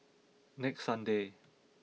next Sunday